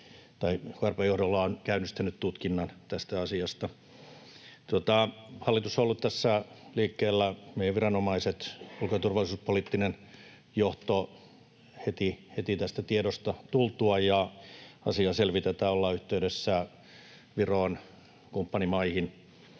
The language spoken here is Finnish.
ovat käynnistäneet tutkinnan tästä asiasta. Hallitus on ollut tässä liikkeellä. Meidän viranomaiset, ulko- ja turvallisuuspoliittinen johto, heti tämän tiedon tultua... Asiaa selvitetään, ollaan yhteydessä Viroon, kumppanimaihin.